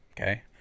okay